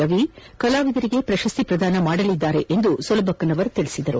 ರವಿ ಕಲಾವಿದರಿಗೆ ಪ್ರಶಸ್ತಿ ಪ್ರದಾನ ಮಾಡಲಿದ್ದಾರೆ ಎಂದು ಸೊಲಬಕ್ಕನವರ್ ತಿಳಿಸಿದರು